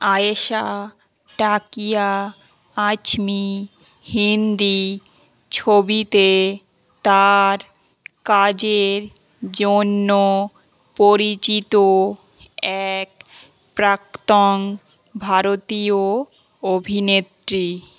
আয়েশা টাকিয়া আজমি হিন্দি ছবিতে তাঁর কাজের জন্য পরিচিত এক প্রাক্তন ভারতীয় অভিনেত্রী